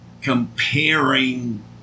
Comparing